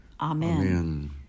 Amen